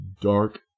dark